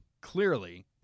Clearly